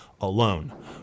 alone